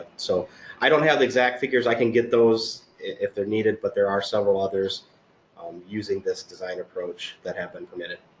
so i don't have the exact figures, i can get those if they're needed but there are several others um using this design approach that have been permitted.